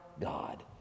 God